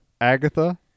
Agatha